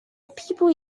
people